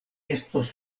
estos